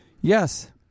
Yes